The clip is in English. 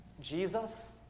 Jesus